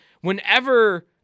whenever